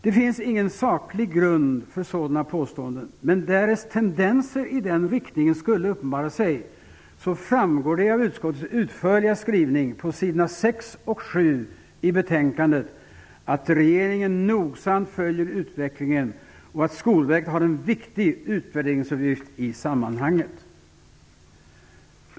Det finns ingen saklig grund för sådana påståenden, men därest tendenser i den riktningen skulle uppenbara sig framgår det av utskottets utförliga skrivning på s. 6 och 7 i betänkandet att regeringen nogsamt följer utvecklingen och att Skolverket har en viktig utvärderingsuppgift i sammanhanget.